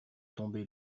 tomber